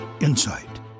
insight